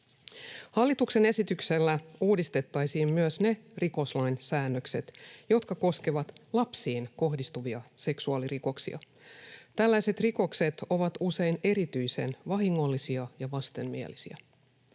Hallituksen esityksellä uudistettaisiin myös ne rikoslain säännökset, jotka koskevat lapsiin kohdistuvia seksuaalirikoksia. Tällaiset rikokset ovat usein erityisen vahingollisia ja vastenmielisiä.